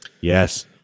Yes